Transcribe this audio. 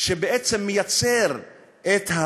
שבעצם מייצר את,